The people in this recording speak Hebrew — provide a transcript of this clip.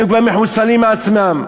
הם כבר מחוסלים מעצמם.